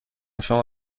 شما